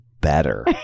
better